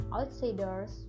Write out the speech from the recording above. outsiders